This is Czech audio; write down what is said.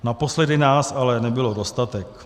Naposledy nás ale nebylo dostatek.